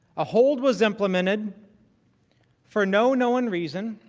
a whole was implemented for no known reason